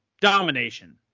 Domination